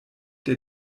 der